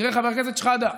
תראה, חבר הכנסת שחאדה,